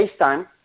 FaceTime